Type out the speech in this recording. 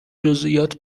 جزییات